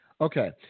Okay